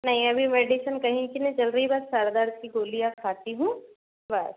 नहीं अभी मेडिसिन कहीं की नहीं चल रही है बस सिर दर्द की गोलियां खाती हूँ बस